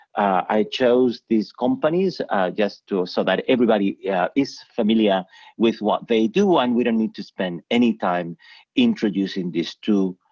i chose these companies just so that everybody yeah is familiar with what they do and we don't need to spend any time introducing these two